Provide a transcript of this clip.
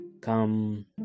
come